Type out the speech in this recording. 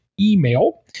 email